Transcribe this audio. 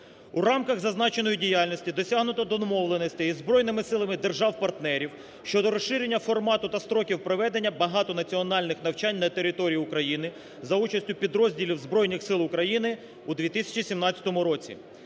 У рамках зазначеною діяльності досягнуто домовленостей із збройними силами держав-партнерів щодо розширення формату та строків проведення багатонаціональних навчань на території України за участю підрозділів Збройних Сил України у 2017 році.